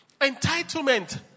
entitlement